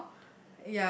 now